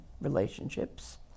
relationships